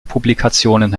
publikationen